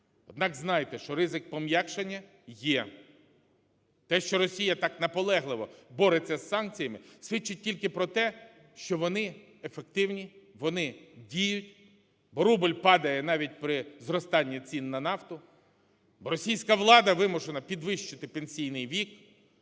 Однак знайте, що ризик пом'якшення є. Те, що Росія так наполегливо бореться з санкціями, свідчить тільки про те, що вони ефективні, вони діють, бо рубль падає навіть при зростанні цін на нафту. Російська влада вимушена підвищити пенсійний вік.